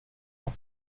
los